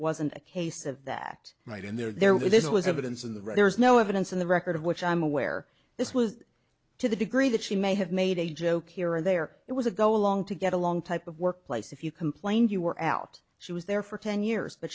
wasn't a case of that right and there were this was evidence in the right there's no evidence in the record of which i'm aware this was to the degree that she may have made a joke here or there it was a go along to get along type of workplace if you complained you were out she was there for ten years but